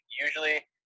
usually